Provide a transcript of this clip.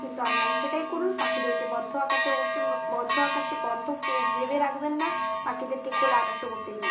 কিন্তু আপনারা সেটাই করুন পাখিদেরকে বদ্ধ আকাশে উড়তে বদ্ধ আকাশে বদ্ধ পেয়ে ভেবে রাখবেন না পাখিদেরকে খোলা আকাশে উড়তে দিন